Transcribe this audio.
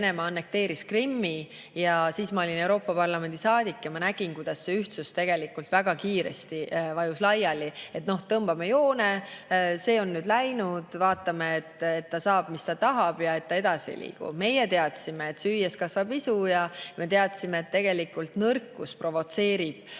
Siis ma olin Euroopa Parlamendi saadik ja ma nägin, kuidas see [Euroopa] ühtsus vajus väga kiiresti laiali – noh, tõmbame joone, see on nüüd läinud, vaatame, et ta saaks, mis ta tahab, ja et ta edasi ei liiguks. Meie teadsime, et süües kasvab isu, ja me teadsime, et tegelikult nõrkus provotseerib